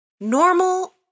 Normal